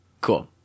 Cool